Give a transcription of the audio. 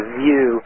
view